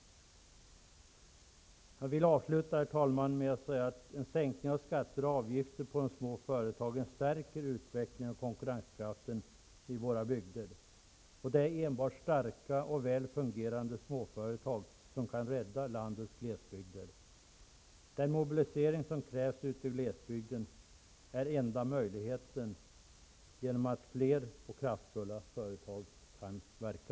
Jag vill, herr talman, avsluta med att säga att en sänkning av skatter och avgifter på de små företagen stärker utvecklingen och konkurrenskraften i våra bygder. Det är enbart starka och väl fungerande småföretag som kan rädda landets glesbygder. Det krävs en mobilisering ute i glesbygden. Enda möjligheten är att fler och kraftfulla företag kan verka.